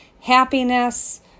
happiness